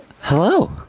hello